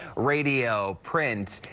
radio, print.